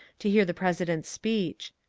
to hear the president's speech.